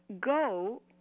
go